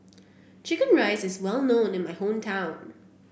chicken rice is well known in my hometown